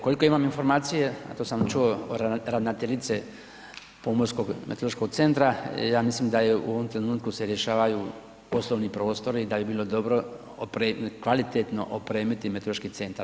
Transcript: Koliko imam informacije, a to sam čuo od ravnateljice Pomorskog meteorološkog centra ja mislim da je u ovom trenutku se rješavaju poslovni prostori i da bi bilo dobro kvalitetno opremiti meteorološki centar.